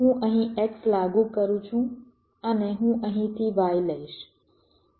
હું અહીં X લાગુ કરું છું અને હું અહીંથી Y લઈશ